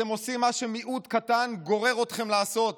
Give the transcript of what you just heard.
אתם עושים מה שמיעוט קטן גורר אתכם לעשות,